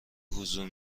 حضور